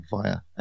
via